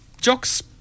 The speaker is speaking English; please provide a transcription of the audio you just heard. jocks